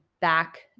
back